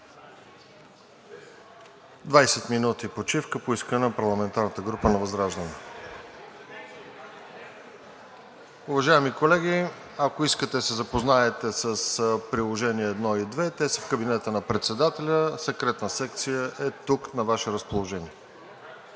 минути почивка, поискана от парламентарната група на ВЪЗРАЖДАНЕ. Уважаеми колеги, ако искате да се запознаете с Приложение № 1 и № 2, те са в кабинета на председателя, Секретна секция е тук, на Ваше разположение.